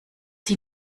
sie